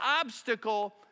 obstacle